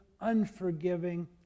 unforgiving